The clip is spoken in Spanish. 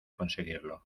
conseguirlo